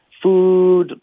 Food